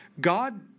God